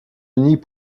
unis